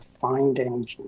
finding